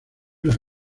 las